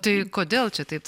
tai kodėl čia taip